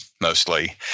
mostly